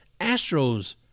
Astros